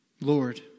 Lord